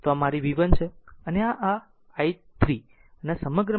તો આ મારી vt છે અને આ તે આ i 3 અને આ સમગ્ર માં વહે છે